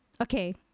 okay